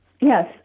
Yes